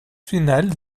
finale